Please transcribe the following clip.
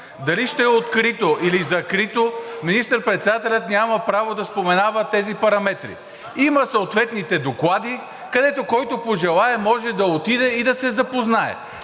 Дали ще е открито, или закрито, министър-председателят няма право да споменава тези параметри. Има съответните доклади, с които който пожелае, може да отиде и да се запознае.